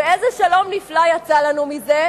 ואיזה שלום נפלא יצא לנו מזה?